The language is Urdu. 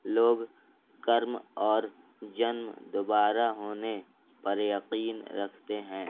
لوگ کرم اور جنم دوبارہ ہونے پر یقین رکھتے ہیں